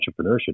entrepreneurship